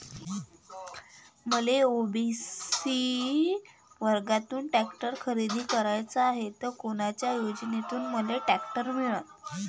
मले ओ.बी.सी वर्गातून टॅक्टर खरेदी कराचा हाये त कोनच्या योजनेतून मले टॅक्टर मिळन?